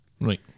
right